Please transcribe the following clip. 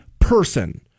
person